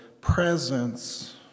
presence